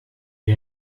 wie